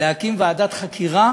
להקים ועדת חקירה